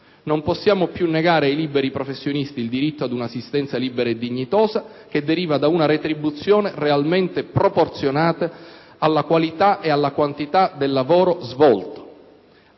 Non possiamo più negare ai liberi professionisti il diritto ad un'esistenza libera e dignitosa, che deriva da una retribuzione realmente proporzionata alla qualità e alla quantità del lavoro svolto.